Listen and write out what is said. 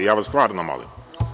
Ja vas stvarno molim.